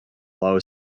low